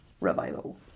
revival